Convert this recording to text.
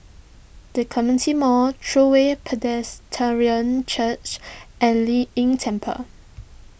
the Clementi Mall True Way Presbyterian Church and Lei Yin Temple